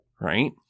right